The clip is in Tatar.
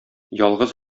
ялгыз